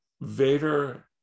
Vader